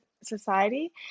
society